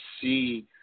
see